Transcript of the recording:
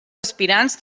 aspirants